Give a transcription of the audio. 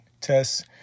tests